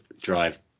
drive